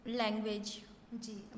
language